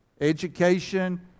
education